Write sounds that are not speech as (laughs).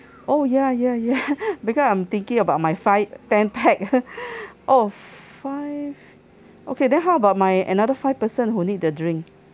oh ya ya ya (laughs) because I'm thinking about my five ten pax (laughs) oh five okay then how about my another five person who need the drink